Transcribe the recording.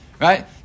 right